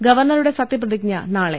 ഗവർണറുടെ സത്യപ്രതിജ്ഞ നാളെ